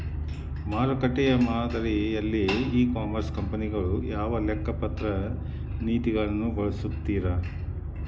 ಮಾರುಕಟ್ಟೆ ಮಾದರಿಯಲ್ಲಿ e commerce ಕಂಪನಿಗಳು ಯಾವ ಲೆಕ್ಕಪತ್ರ ನೇತಿಗಳನ್ನ ಬಳಸುತ್ತಾರಿ?